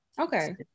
okay